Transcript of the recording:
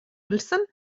wilson